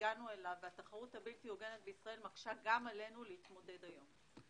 שהגענו אליו והתחרות הבלתי הוגנת בישראל מקשים גם עלינו להתמודד היום.